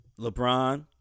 LeBron